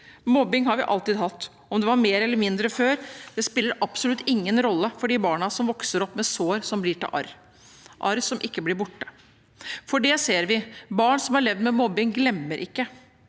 Mobbing har vi alltid hatt. Om det var mer eller mindre før, spiller absolutt ingen rolle for de barna som vokser opp med sår som blir til arr, arr som ikke blir borte. Vi ser at barn som har levd med mobbing, ikke